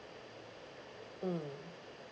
mm